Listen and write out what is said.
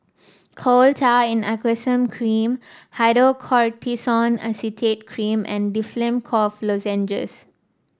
Coal Tar in Aqueous Cream Hydrocortisone Acetate Cream and Difflam Cough Lozenges